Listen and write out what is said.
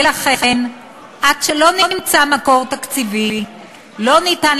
ולכן עד שלא נמצא מקור תקציבי לא ניתן